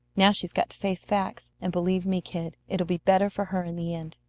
now she's got to face facts and believe me, kid, it'll be better for her in the end.